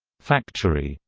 factory.